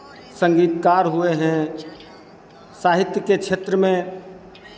संगीतकार हुए हैं साहित्य के क्षेत्र में